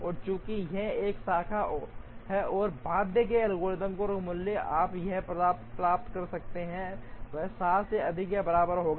और चूंकि यह एक शाखा है और बाध्य है एल्गोरिथ्म जो मूल्य आप यहां प्राप्त कर सकते हैं वह 7 से अधिक या बराबर होगा